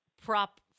prop